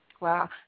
Wow